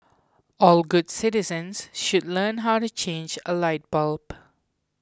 all good citizens should learn how to change a light bulb